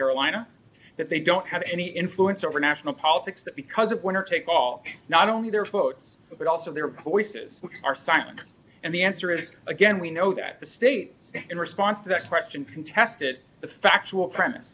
carolina that they don't have any influence over national politics that because it winner take all not only their votes but also their voices are signs and the answer is again we know that the state in response to this question contested the factual premise